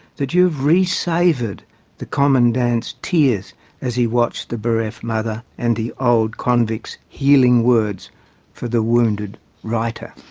that you have re-savoured the commandant's tears as he watched the bereft mother, and the old convict's healing words for the wounded writer.